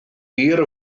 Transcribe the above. hir